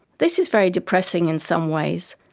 this is very depressing in some ways,